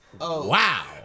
Wow